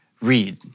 read